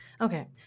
Okay